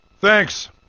Thanks